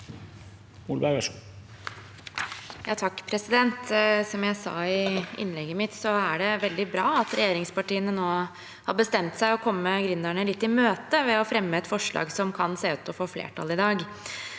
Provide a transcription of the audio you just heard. Molberg (H) Som jeg sa i innlegget mitt, er det veldig bra at regjeringspartiene nå har bestemt seg for å komme gründerne litt i møte ved å fremme et forslag som kan se ut til å få flertall i dag.